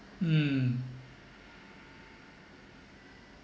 mm